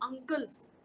uncles